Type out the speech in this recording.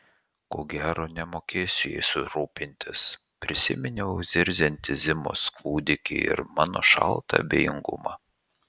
ko gero nemokėsiu jais rūpintis prisiminiau zirziantį zimos kūdikį ir mano šaltą abejingumą